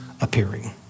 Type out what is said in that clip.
appearing